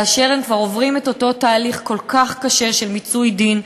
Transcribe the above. כאשר הם כבר עוברים את אותו תהליך כל כך קשה של מיצוי דין,